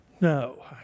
no